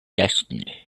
destiny